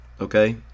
okay